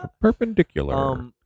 Perpendicular